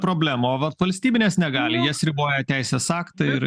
problemų o vat valstybinės negali jas riboja teisės aktai ir